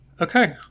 okay